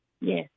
Yes